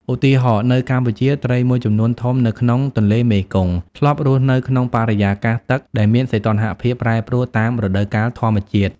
ឧទាហរណ៍ នៅកម្ពុជា ត្រីមួយចំនួនធំនៅក្នុងទន្លេមេគង្គធ្លាប់រស់នៅក្នុងបរិយាកាសទឹកដែលមានសីតុណ្ហភាពប្រែប្រួលតាមរដូវកាលធម្មជាតិ។